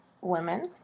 women